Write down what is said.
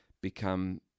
become